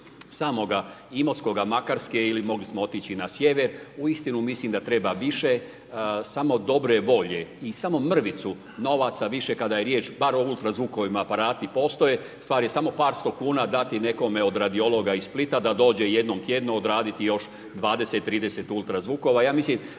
samoga Imotskoga, Makarske ili mogli smo otići i na sjever, uistinu mislim da treba više samo dobre volje i samo mrvicu novaca više kada je riječ bar o ultrazvukovima, aparati postoje. Stvar je samo par sto kuna dati nekome od radiologa iz Splita da dođe jednom tjedno odraditi još 20, 30 ultrazvukova. Ja mislim